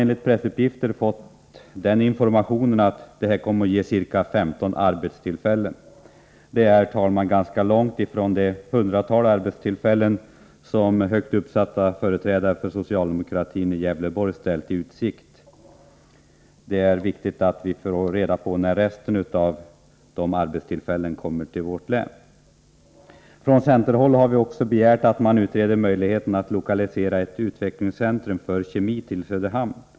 Enligt pressuppgifter kommer projektet att ge ca 15 arbetstillfällen. Det är dock, herr talman, ganska långt ifrån det hundratal arbetstillfällen som högt uppsatta företrädare för socialdemokratin i Gävleborgs län ställt i utsikt. Det är viktigt att vi får reda på när resten av de här arbetstillfällena kommer vårt län till godo. Vidare har vi från centerhåll begärt att man utreder möjligheterna att lokalisera ett utvecklingscentrum för kemiverksamhet till Söderhamn.